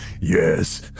yes